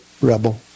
rebel